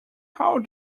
how